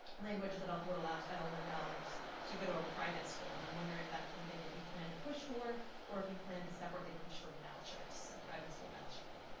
language that would allow title one dollars to go to a private school. and i'm wondering if that's something that you plan to push for or if you plan to separately push for vouchers a private school voucher. yeah